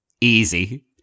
easy